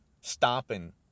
Stopping